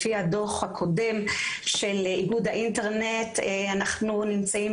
לפי הדו"ח הקודם של איגוד האינטרנט אנחנו נמצאים